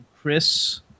Chris